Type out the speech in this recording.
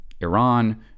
Iran